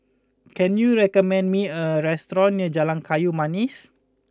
can you recommend me a restaurant near Jalan Kayu Manis